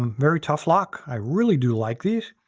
um very tough lock. i really do like these.